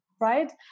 right